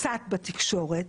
קצת בתקשורת,